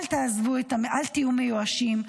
אל תהיו מיואשים.